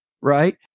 right